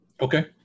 Okay